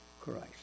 Christ